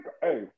hey